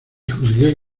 juzgué